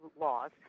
laws